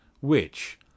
Which